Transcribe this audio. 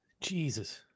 jesus